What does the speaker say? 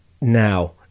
now